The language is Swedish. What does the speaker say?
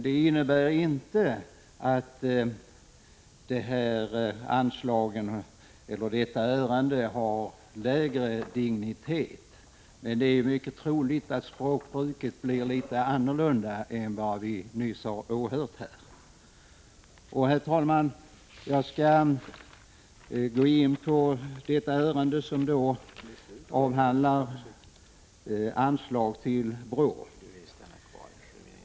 Det innebär inte att denna fråga har lägre dignitet, men det är mycket troligt att språkbruket blir litet annorlunda än vad vi nyss har åhört. Jag skall därmed gå in på frågan om anslag till BRÅ.